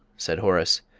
said horace,